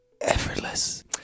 Effortless